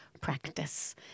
practice